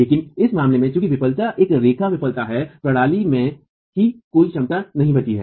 लेकिन इस मामले में चूंकि विफलता एक रेखा विफलता है प्रणाली में ही कोई क्षमता नहीं बची है